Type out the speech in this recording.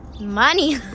Money